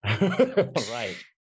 Right